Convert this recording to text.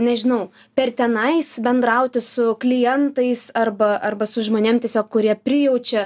nežinau per tenais bendrauti su klientais arba arba su žmonėm tiesiog kurie prijaučia